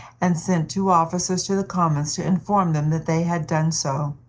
and sent two officers to the commons to inform them that they had done so.